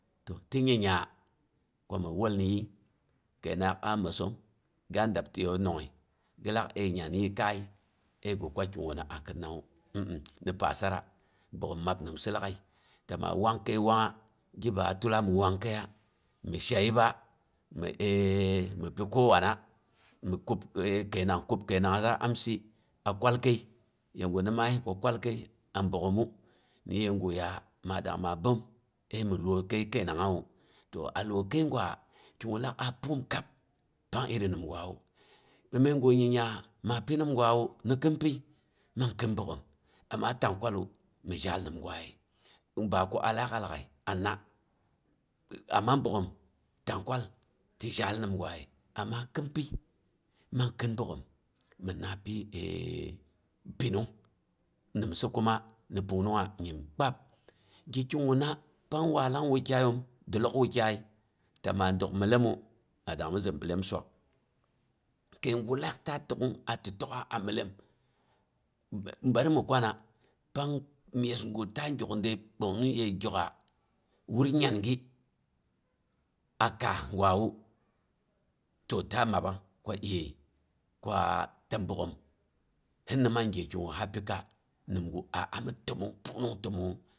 To ti nyiya ko ma walni kainanghak a mwossong ga dabti yewu nonghai, ghi lak ai nyan yi kayi ai ghi kwa ki gu na a khinnawu mh, mh ni pasara bogghom mab nimsa laaghai ta ma wangkai wangha, gi baa tulla mi wung kai ya mi sha yibba mi mi pi kowana mi kub kainang, kub kainangha a amsi a kwalkai, ye guh na ma yis ku kwalkai a bogghom mu, ye guh ya ma dang ma bom ai mi loy kai kainang hawu. To a loy kai gwa ki guh lak a punghum kab pang iri nimgwawu. Ni mai guh nyiya mapi nimgwa wu ni khinpi mang khin bogghom, amma taan kwallu mi jal ningwa ye, ba ku alakha laaghai anna. Amma bogghom taangkwal ti jal nimgwa ye. Amma khinpyi mang khin bogghom mhinna pi pinnung nimsi kuma ni pung nung ha nyim. Kpab ge ki guh na kuma pang wallang wukyaiyom, tilok wukyayi, ta ma dok myellemu ma dangmi zin ɓellem suwak kai gu lak ta a tokhn a ti tokha a myellem bari mi kwana pang mesguh ta gyokl dai ɓongnongyey gyokha wur nyangi a kaah gwa wu to ta mabbang ko ai kwa ta bogghom hin na mang ge ki guh ha pika ni guh a ami tomong pung nung tommonghu.